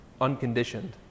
unconditioned